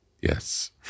Yes